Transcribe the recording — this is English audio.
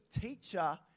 teacher